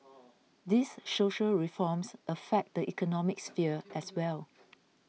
these social reforms affect the economic sphere as well